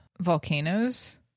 volcanoes